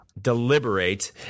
Deliberate